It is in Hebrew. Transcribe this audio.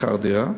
שכר דירה.